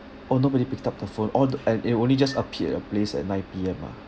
oh nobody picked up the phone oh and it only just appeared at your place at nine P_M ah